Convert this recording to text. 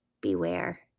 beware